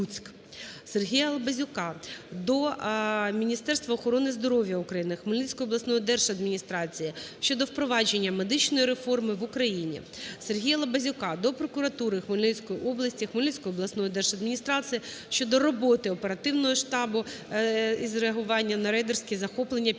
СергіяЛабазюка до Міністерства охорони здоров'я України, Хмельницької обласної держадміністрації щодо впровадження медичної реформи в Україні. СергіяЛабазюка до прокуратури Хмельницької області, Хмельницької обласної державної адміністрації щодо роботи оперативного штабу із реагування на рейдерські захоплення